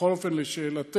בכל אופן, לשאלתך,